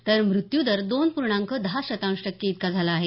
तर मृत्यू दर दोन पूर्णाँक दहा शतांश टक्के इतका झाला आहे